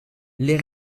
les